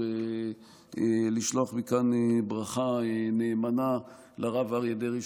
ולשלוח מכאן ברכה נאמנה לרב אריה דרעי,